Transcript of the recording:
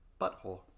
Butthole